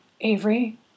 Avery